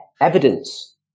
evidence